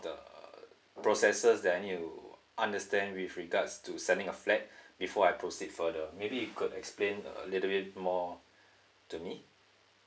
the prosses that I need to understand with regards to selling a flat before I proceed further maybe you could explain a little bit more to me